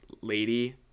lady